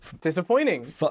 Disappointing